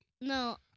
No